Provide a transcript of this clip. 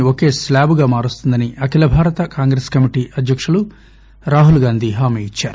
ని ఒకే శ్లాబ్గా మారుస్తామని అభిల భారత కాంగ్రెస్ కమిటీ అధ్యకుడు రాహుల్ గాంధీ హామీ ఇద్సారు